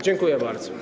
Dziękuję bardzo.